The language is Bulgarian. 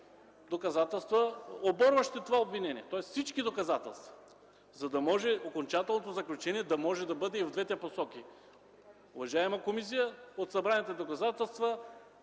доказателства, оборващи това обвинение. Тоест всички доказателства. За да може окончателното заключение да може да бъде и в двете посоки: „Уважаема комисия, от събраните доказателства